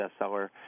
bestseller